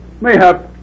Mayhap